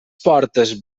portes